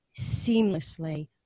seamlessly